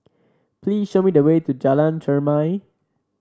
please show me the way to Jalan Chermai